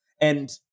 And-